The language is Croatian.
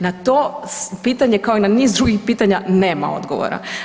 Na to pitanje kao i na niz drugih pitanja nema odgovora.